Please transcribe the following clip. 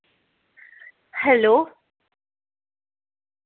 hello